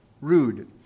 rude